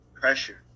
pressure